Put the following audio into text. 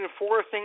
enforcing